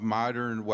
modern